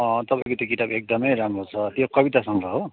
तपाईँको त्यो किताब एकदमै राम्रो छ त्यो कविता सङ्ग्रह हो